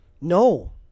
No